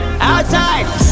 outside